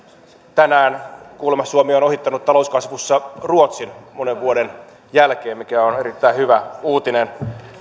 tänään kuulemma suomi on ohittanut talouskasvussa ruotsin monen vuoden jälkeen mikä on erittäin hyvä uutinen